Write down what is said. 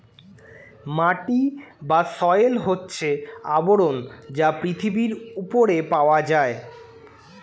মাটি বা সয়েল হচ্ছে আবরণ যা পৃথিবীর উপরে পাওয়া যায়